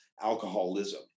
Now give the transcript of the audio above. alcoholism